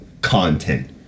content